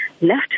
left